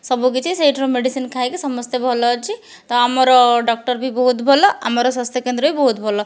ସବୁ କିଛି ସେଇଠାରୁ ମେଡ଼ିସିନ ଖାଇକି ସମସ୍ତେ ଭଲ ଅଛି ତ ଆମର ଡକ୍ଟର ବି ବହୁତ ଭଲ ଆମର ସ୍ୱାସ୍ଥ୍ୟ କେନ୍ଦ୍ର ବି ବହୁତ ଭଲ